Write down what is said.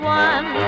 one